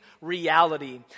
reality